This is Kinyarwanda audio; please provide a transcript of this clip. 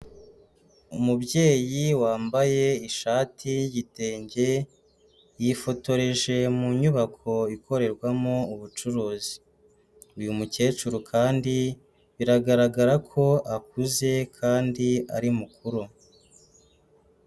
Umubyeyi wambaye ishati y'igitenge yifotoreje mu nyubako ikorerwamo ubucuruzi, uyu mukecuru kandi biragaragara ko akuze kandi ari mukuru.